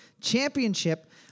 championship